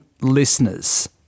listeners